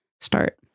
start